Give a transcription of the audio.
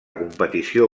competició